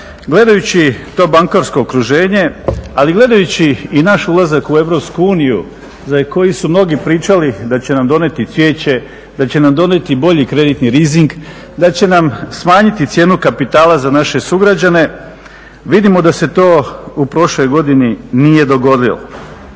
gledajući to bankarsko okruženje ali gledajući i naš ulazak u Europsku uniju za koji su mnogi pričali da će nam donijeti cvijeće, da će nam donijeti bolji kreditni …/Govornik se ne razumije./…, da će nam smanjiti cijenu kapitala za naše sugrađane, vidimo da se to u prošloj godini nije dogodilo.